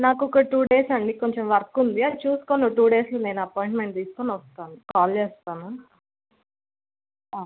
నాకు ఒక two days అండి కొంచెం వర్క్ ఉంది అది చూసుకోని ఒక టూ డేస్కి నేను అపాయింట్మెంట్ తీసుకోని వస్తాను కాల్ చేస్తాను